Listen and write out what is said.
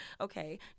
okay